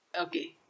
Okay